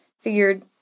figured